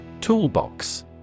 Toolbox